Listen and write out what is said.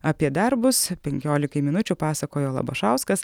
apie darbus penkiolikai minučių pasakojo labašauskas